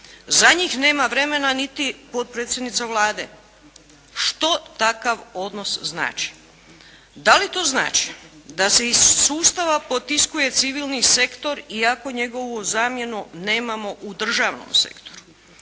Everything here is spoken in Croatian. Za njih nema vremena niti potpredsjednica Vlade. Što takav odnos znači? Da li to znači da se iz sustava potiskuje civilni sektor iako njegovu zamjenu nemamo u državnom sektoru,